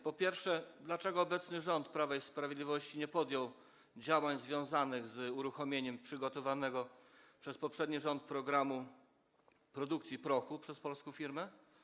Po pierwsze, dlaczego obecny rząd Prawa i Sprawiedliwości nie podjął działań związanych z uruchomieniem przygotowanego przez poprzedni rząd programu produkcji prochu przez polską firmę?